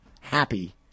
happy